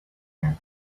here